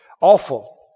Awful